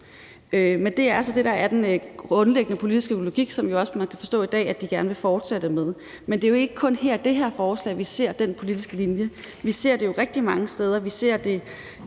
Men det er altså det, der er den grundlæggende politiske logik, som man jo også i dag kan forstå at de gerne vil fortsætte med. Men det er jo ikke kun i forhold til det her forslag, vi ser den politiske linje, for vi ser det også rigtig mange andre